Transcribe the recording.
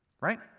right